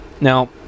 Now